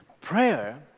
Prayer